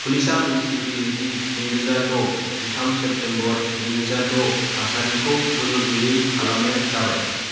पुलिसआ मिथि होयो दि नै रोजा द' जिथाम सेप्टेम्बर नै रोजा द' थासारिखौ गोहोगैयै खालामनाय जाबाय